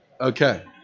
Okay